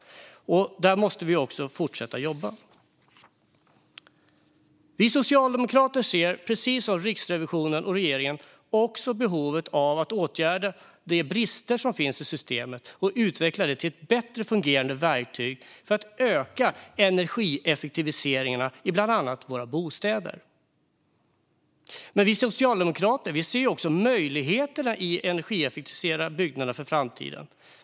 Där måste vi fortsätta att jobba. Vi socialdemokrater ser, precis som Riksrevisionen och regeringen, också behovet av att åtgärda de brister som finns i systemet och utveckla det till ett bättre fungerande verktyg för att öka energieffektiviseringarna i bland annat våra bostäder. Vi socialdemokrater ser också möjligheterna i att energieffektivisera byggnader för framtiden.